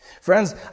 Friends